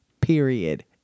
period